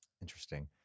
Interesting